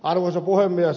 arvoisa puhemies